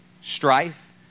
strife